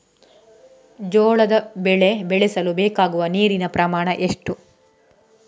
ಜೋಳದ ಬೆಳೆ ಬೆಳೆಸಲು ಬೇಕಾಗುವ ನೀರಿನ ಪ್ರಮಾಣ ಎಷ್ಟು?